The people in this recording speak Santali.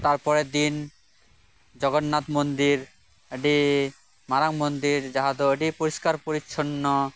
ᱛᱟᱨᱯᱚᱨᱮᱨ ᱫᱤᱱ ᱡᱚᱜᱚᱱᱱᱟᱛᱷ ᱢᱚᱱᱫᱤᱨ ᱟᱰᱤ ᱢᱟᱨᱟᱝ ᱢᱚᱱᱫᱤᱨ ᱡᱟᱦᱟᱸ ᱫᱚ ᱟᱰᱤ ᱯᱚᱨᱤᱥᱠᱟᱨ ᱯᱚᱨᱤᱪᱪᱷᱚᱱᱱᱚ